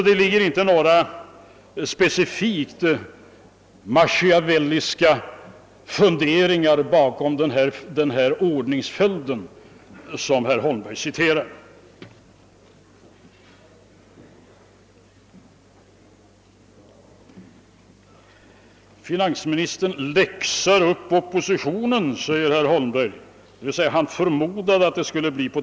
Det ligger således inte några specifikt machiavellistiska funderingar bakom den ordningsföljd som herr Holmberg återgav. Finansministern läxar upp oppositionen, sade herr Holmberg sedan — d. v. s. han förmodade att det skulle bli så.